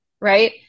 right